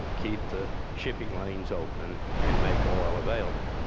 keep the shipping lanes open and make oil available.